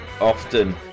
often